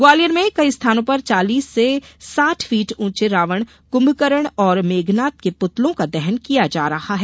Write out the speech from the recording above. ग्वालियर में कई स्थानों पर चालीस से साठ फीट उंचे रावण कृंभकरण और मेघनाथ के पूतलों का दहन किया जा रहा है